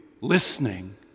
listening